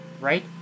right